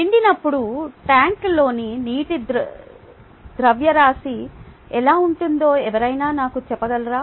నిండినప్పుడు ట్యాంక్లోని నీటి ద్రవ్యరాశి ఎలా ఉంటుందో ఎవరైనా నాకు చెప్పగలరా